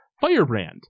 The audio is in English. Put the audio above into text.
Firebrand